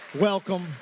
welcome